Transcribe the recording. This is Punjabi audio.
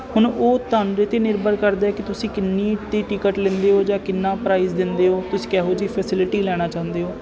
ਹੁਣ ਉਹ ਤੁਹਾਡੇ 'ਤੇ ਨਿਰਭਰ ਕਰਦਾ ਕਿ ਤੁਸੀਂ ਕਿੰਨੀ ਟਿਕਟ ਲੈਂਦੇ ਹੋ ਜਾਂ ਕਿੰਨਾ ਪ੍ਰਾਈਜ ਦਿੰਦੇ ਹੋ ਤੁਸੀਂ ਕਿਹੋ ਜਿਹੀ ਫੈਸਿਲਿਟੀ ਲੈਣਾ ਚਾਹੁੰਦੇ ਹੋ